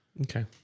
okay